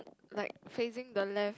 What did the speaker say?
like facing the left